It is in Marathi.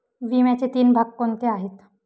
विम्याचे तीन भाग कोणते आहेत?